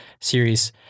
series